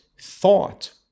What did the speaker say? thought